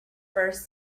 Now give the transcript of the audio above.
first